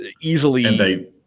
easily